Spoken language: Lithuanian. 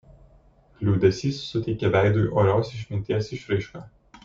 liūdesys suteikė veidui orios išminties išraišką